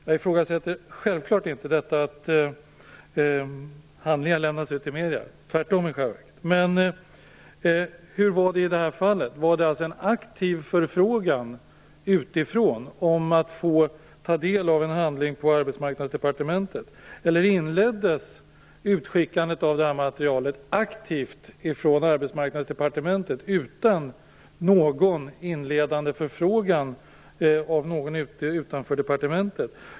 Jag ifrågasätter självklart inte att handlingar lämnas ut till medierna - tvärtom i själva verket. Men hur var det i det här fallet? Var det fråga om en aktiv förfrågan utifrån om att få ta del av en handling på Arbetsmarknadsdepartementet? Eller inleddes utskickandet av materialet aktivt från Arbetsmarknadsdepartementet utan någon inledande förfrågan av någon utanför departementet?